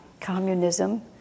communism